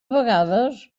vegades